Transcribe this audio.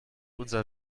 unser